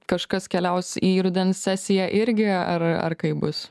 kažkas keliaus į rudens sesiją irgi ar ar kaip bus